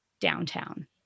downtown